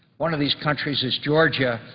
one of these countries is georgia,